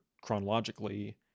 chronologically